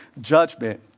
judgment